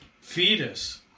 Fetus